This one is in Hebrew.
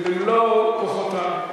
במלוא כוחותיו.